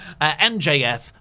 MJF